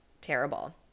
terrible